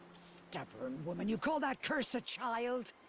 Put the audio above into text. stubborn woman, you call that curse a child?